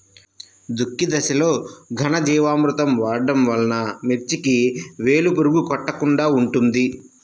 దుక్కి దశలో ఘనజీవామృతం వాడటం వలన మిర్చికి వేలు పురుగు కొట్టకుండా ఉంటుంది?